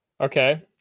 Okay